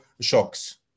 shocks